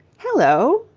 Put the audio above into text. hello?